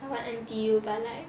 I want N_T_U but like